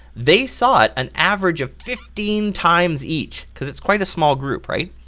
they saw it an average of fifteen times each, because it's quite a small group. right,